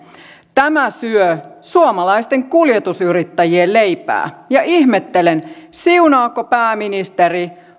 tämä syö suomalaisten kuljetusyrittäjien leipää ja ihmettelen siunaako pääministeri